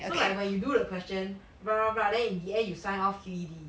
so like when you do the question blah blah blah then in the end you sign off Q_E_D